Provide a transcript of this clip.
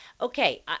Okay